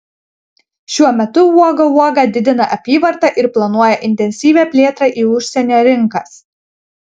šiuo metu uoga uoga didina apyvartą ir planuoja intensyvią plėtrą į užsienio rinkas